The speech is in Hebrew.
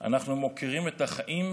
אנחנו מוקירים את החיים,